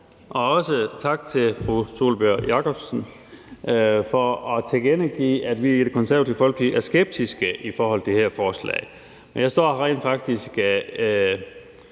Også tak til fru Sólbjørg Jakobsen for at tilkendegive, at vi i Det Konservative Folkeparti er skeptisk i forhold til det her forslag. Jeg står rent faktisk